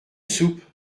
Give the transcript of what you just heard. soupe